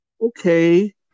okay